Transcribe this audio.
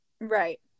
Right